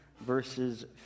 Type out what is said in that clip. verses